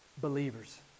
believers